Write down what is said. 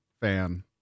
fan